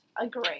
agree